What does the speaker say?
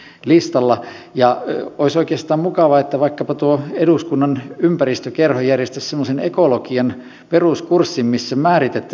ja olisi oikeastaan mukavaa että vaikkapa tuo eduskunnan ympäristökerho järjestäisi semmoisen ekologian peruskurssin missä määritettäisiin tätä uhanalaisuutta